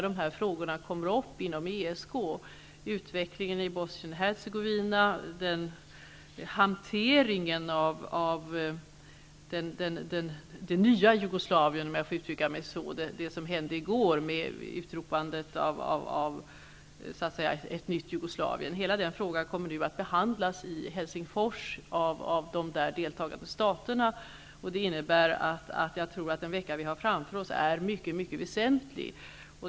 Det gäller utvecklingen i Bosnien-Hercegovina och hanteringen av det nya Jugoslavien, om jag får uttrycka mig så, med tanke på det som hände i går: och med utropandet av ett nytt Jugoslavien. Hela den frågan kommer nu att behandlas i Helsingfors av de där deltagande staterna. Det innebär att den vecka vi har framför oss är mycket väsentlig.